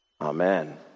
Amen